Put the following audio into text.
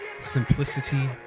simplicity